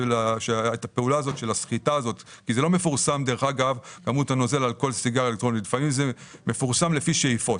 לא מפורסמת כמות הנוזל על כל ספיגה אלא לפעמים זה מפורסם לפי שאיפות.